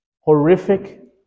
horrific